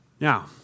Now